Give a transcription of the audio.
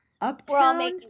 Uptown